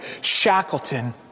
Shackleton